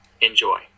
Enjoy